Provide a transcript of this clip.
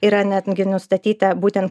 yra netgi nustatyta būtent